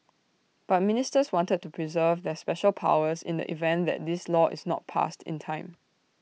but ministers wanted to preserve their special powers in the event that this law is not passed in time